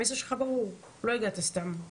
המסר שלך ברור, לא הגעת סתם.